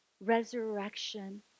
Resurrection